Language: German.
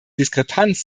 diskrepanz